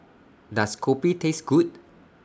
Does Kopi Taste Good